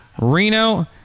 Reno